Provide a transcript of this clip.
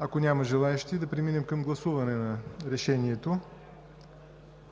Ако няма желаещи, да преминем към гласуване.